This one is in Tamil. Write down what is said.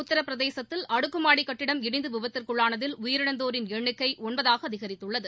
உத்தரபிரதேசத்தில் அடுக்குமாடி கட்டிடம் இடிந்து விபத்துக்குள்ளானதில் உயிரிழந்தோரின் எண்ணிக்கை ஒன்பதாக அதிகரித்துள்ளது